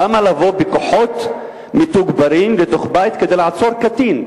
למה לבוא בכוחות מתוגברים לתוך בית כדי לעצור קטין?